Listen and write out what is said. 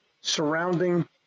surrounding